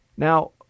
Now